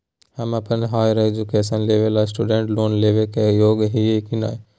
हम अप्पन higher education लेबे ला स्टूडेंट लोन लेबे के योग्य हियै की नय?